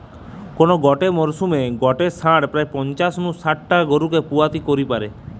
কোন গটে মরসুমে গটে ষাঁড় প্রায় পঞ্চাশ নু শাট টা গরুকে পুয়াতি করি পারে